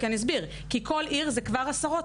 כי כל עיר זה כבר עשרות,